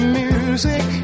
music